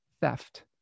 theft